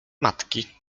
matki